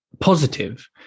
positive